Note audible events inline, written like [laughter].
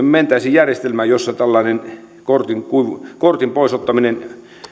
[unintelligible] mentäisiin järjestelmään jossa tällainen kortin pois ottaminen